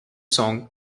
song